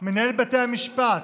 מנהל בתי המשפט,